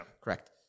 Correct